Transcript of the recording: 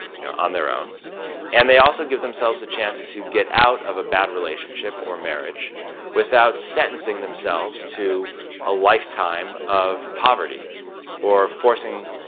you know, on their own and they also give themselves a chance to get out of a bad relationship or marriage without sentencing themselves to a lifetime of poverty or forcing,